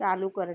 चालू करणे